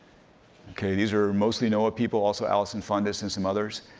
okay, these are mostly noaa people, also allison fundis and some others,